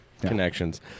connections